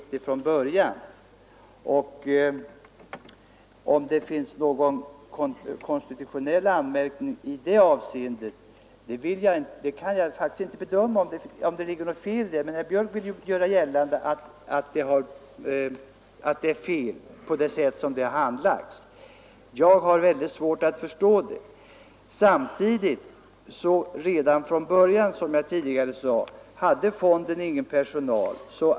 Om det finns anledning till någon konstitutionell anmärkning i detta avseende kan jag inte bedöma. Men herr Björck vill göra gällande att ärendet handlagts fel. Jag har dock väldigt svårt att förstå honom. Från början hade fonden ingen personal.